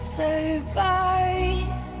survive